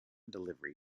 delivery